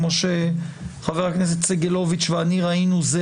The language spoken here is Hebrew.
כמו שחבר הכנסת סגלוביץ ואני ראינו זה